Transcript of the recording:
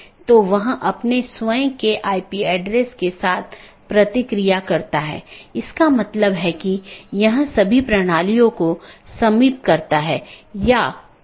4 जीवित रखें मेसेज यह निर्धारित करता है कि क्या सहकर्मी उपलब्ध हैं या नहीं